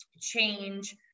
change